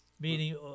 Meaning